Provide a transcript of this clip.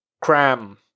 cram